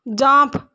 jump